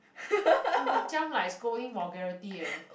you macam like scolding vulgarity eh